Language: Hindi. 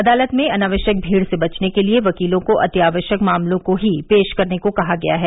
अदालत में अनावश्यक भीड़ से बचने के लिए वकीलो को अतिआवश्यक मामलों को ही पेश करने के लिए कहा गया है